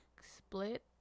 Split